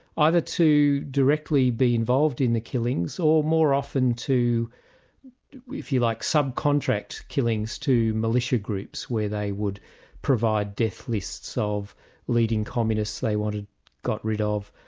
either to directly be involved in the killings, or more often to if you like, sub-contract killings to militia groups, where they would provide death lists of leading communists they wanted got rid ah of,